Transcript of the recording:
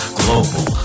global